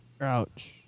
Ouch